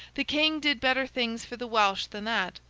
the king did better things for the welsh than that,